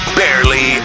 barely